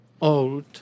old